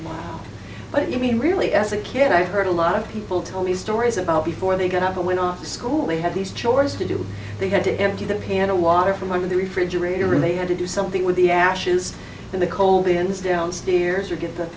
more but you mean really as a kid i heard a lot of people tell me stories about before they got up and went off to school they had these chores to do they had to empty the piano water from under the refrigerator really had to do something with the ashes in the cold in this downstairs or get that